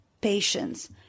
patience